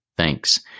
Thanks